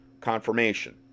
Confirmation